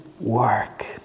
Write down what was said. work